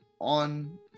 On